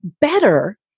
better